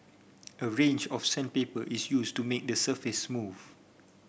a range of sandpaper is used to make the surface smooth